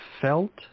felt